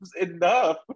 enough